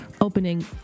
opening